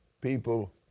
people